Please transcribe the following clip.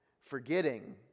Forgetting